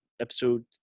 episode